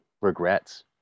regrets